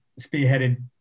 spearheaded